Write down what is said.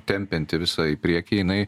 tempianti visą į priekį jinai